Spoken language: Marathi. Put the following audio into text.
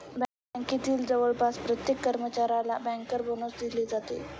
बँकेतील जवळपास प्रत्येक कर्मचाऱ्याला बँकर बोनस दिला जातो